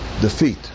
defeat